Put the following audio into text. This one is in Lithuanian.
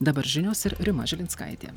dabar žinios ir rima žilinskaitė